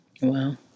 Wow